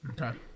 Okay